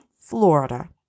Florida